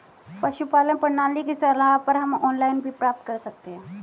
पशुपालन प्रणाली की सलाह हम ऑनलाइन भी प्राप्त कर सकते हैं